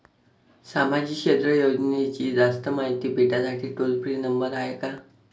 सामाजिक क्षेत्र योजनेची जास्त मायती भेटासाठी टोल फ्री नंबर हाय का?